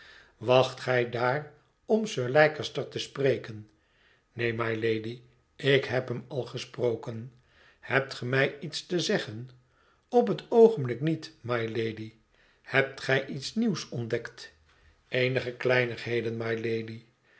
wacht gij daar om sir leicester te spreken neen mylady ik heb hem al gesproken hebt ge mij iets te zeggen op het oogenblik niet mylady hebt gij iets nieuws ontdekt eenige kleinigheden mylady